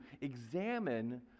examine